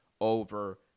over